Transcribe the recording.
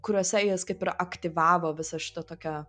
kuriuose jis kaip ir aktyvavo visą šitą tokią